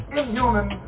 inhuman